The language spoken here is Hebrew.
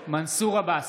עבאס,